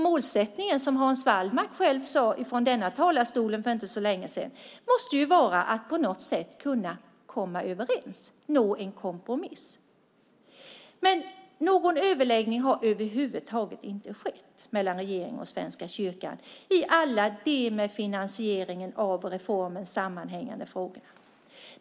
Målsättningen, som Hans Wallmark själv sade i denna talarstol för inte så länge sedan, måste vara att på något sätt kunna komma överens och nå en kompromiss. Men någon överläggning har över huvud taget inte skett mellan regeringen och Svenska kyrkan i alla de med finansieringen av reformen sammanhängande frågorna.